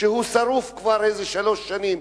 שהוא שרוף כבר איזה שלוש שנים,